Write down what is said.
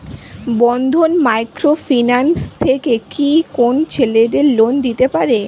বন্ধন micro finance থেকে কি কোন ছেলেদের লোন দিতে পারে?